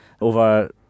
over